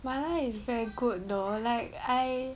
麻辣 is very good though like I